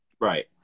Right